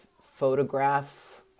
photograph